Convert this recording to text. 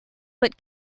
but